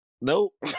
Nope